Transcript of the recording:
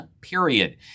period